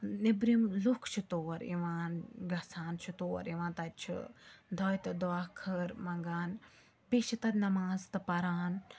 نیبرِم لُکھ چھِ تور یِوان گژھان چھِ تور یِوان تَتہِ چھُ دۄیہِ تہٕ دۄایے خٲر منٛگان بیٚیہِ چھِ تَتہِ نٮ۪ماز تہٕ پَران